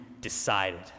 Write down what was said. decided